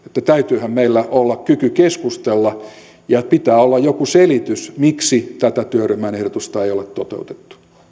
täytyyhän meillä olla kyky keskustella ja pitää olla joku selitys miksi tätä työryhmän ehdotusta ei ole toteutettu